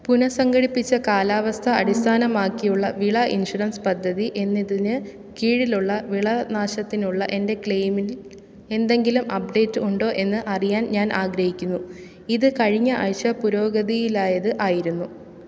പുനസംഘടിപ്പിച്ച കാലാവസ്ഥ അടിസ്ഥാനമാക്കിയുള്ള വിള ഇൻഷുറൻസ് പദ്ധതി എന്നതിന് കീഴിലുള്ള വിള നാശത്തിനുള്ള എൻ്റെ ക്ലെയിമിൽ എന്തെങ്കിലും അപ്ഡേറ്റ് ഉണ്ടോ എന്ന് അറിയാൻ ഞാൻ ആഗ്രഹിക്കുന്നു ഇത് കഴിഞ്ഞ ആഴ്ച പുരോഗതിയിലായത് ആയിരുന്നു